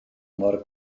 mor